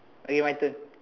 okay my turn